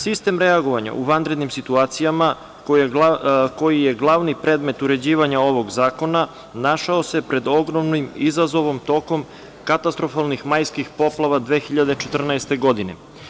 Sistem reagovanja u vanrednim situacijama, koji je glavni predmet uređivanja ovog zakona, našao se pred ogromnim izazovom tokom katastrofalnih majskih poplava 2014. godine.